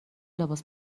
لباس